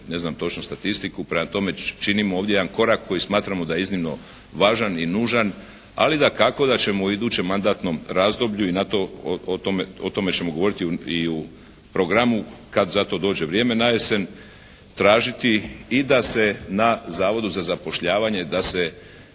Ne znam točno statistiku. Prema tome, činimo ovdje jedan korak koji smatramo da je iznimno važan i nužan, ali dakako da ćemo u idućem mandatnom razdoblju i na to, o tome ćemo govoriti i u programu kad za to dođe vrijeme najesen, tražiti i da se na Zavodu za zapošljavanje da se